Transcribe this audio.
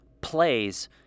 plays